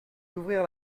d’ouvrir